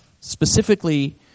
specifically